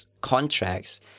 contracts